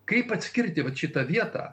kaip atskirti vat šitą vietą